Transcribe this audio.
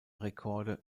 rekorde